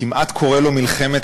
כמעט קורא לו מלחמת,